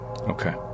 Okay